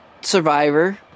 Survivor